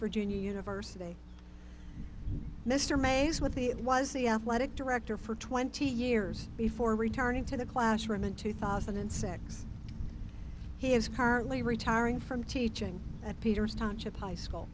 virginia university mr mays with the it was the athletic director for twenty years before returning to the classroom in two thousand and six he is currently retiring from teaching at peters township high school